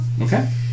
okay